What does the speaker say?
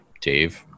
dave